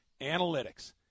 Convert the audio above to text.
analytics